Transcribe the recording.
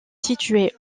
située